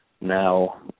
now